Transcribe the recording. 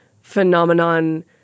phenomenon